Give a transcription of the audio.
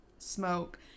smoke